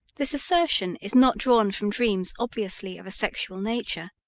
this assertion is not drawn from dreams obviously of a sexual nature,